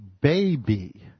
baby